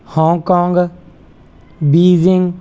Hong Kong Beijing